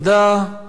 אחרון הדוברים,